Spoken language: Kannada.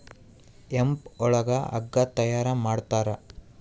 ಹೆಂಪ್ ಒಳಗ ಹಗ್ಗ ತಯಾರ ಮಾಡ್ತಾರ